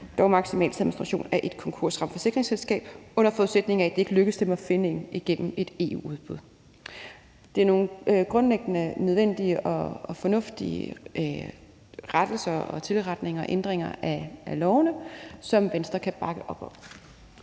dog af maksimalt ét konkursramt forsikringsselskab, under forudsætning af at det ikke lykkes dem at finde et igennem et EU-udbud. Det er nogle grundlæggende nødvendige og fornuftige rettelser, tilretninger og ændringer af lovene, som Venstre kan bakke op om.